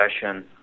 discussion